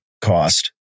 cost